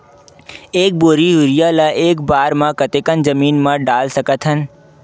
एक बोरी यूरिया ल एक बार म कते कन जमीन म डाल सकत हन?